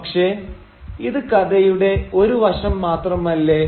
പക്ഷെ ഇത് കഥയുടെ ഒരു വശം മാത്രമല്ലെ